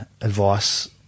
advice